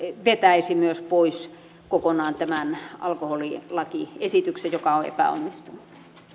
vetäisi myös pois kokonaan tämän alkoholilakiesityksen joka on epäonnistunut